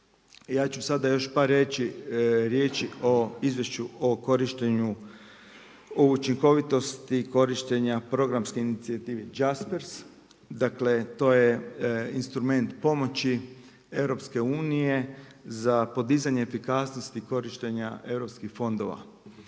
Ja ću sada još par riječi reći o Izvješću učinkovitosti korištenja programske inicijative Jaspers. Dakle to je instrument pomoći EU za podizanje efikasnosti korištenja europskih fondova.